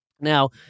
Now